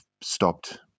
stopped